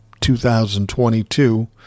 2022